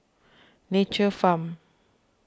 Nature's Farm